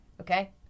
Okay